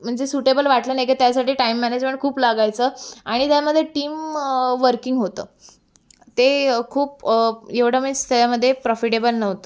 म्हणजे सुटेबल वाटलं नाही की त्यासाठी टाईम मॅनेजमेंट खूप लागायचं आणि त्यामध्ये टीम वर्कींग होतं ते खूप एवढं मीन्स त्याच्यामध्ये प्रोफीटेबल नव्हतं